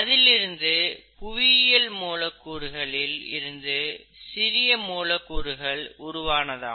அதிலிருந்த புவியியல் மூலக்கூறுகளில் இருந்து சிறிய மூலக்கூறுகள் உருவானதாம்